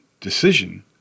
Decision